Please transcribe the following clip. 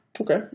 Okay